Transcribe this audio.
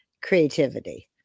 creativity